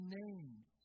names